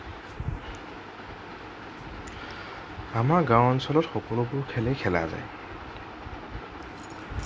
আমাৰ গাওঁ অঞ্চলত সকলোবোৰ খেলেই খেলা যায়